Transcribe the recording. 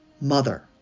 mother